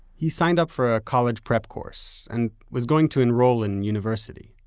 he signed up for a college prep course, and was going to enroll in university.